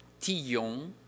Tillon